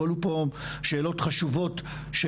הועלו פה שאלות חשובות של,